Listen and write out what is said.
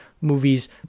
movies